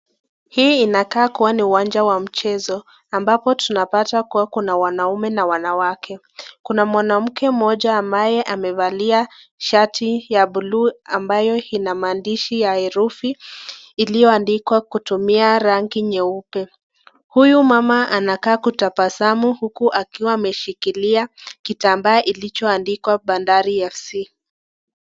Hki kinakaa kuwa ni uwanja wa mchezo ambapo tunapata kuwa kuna wanaume na wanawake. Kuna mwanamke moja ambaye amevali shati ya blue ambayo inamaandishi ya herufi, iliyoandikwa kutumia rangi nyeupe. Huyu mama anakaa kutabasamu huku akiwa ameshikilia kitambaa ilicho andikwa bandari ya C.